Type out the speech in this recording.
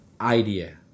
Idea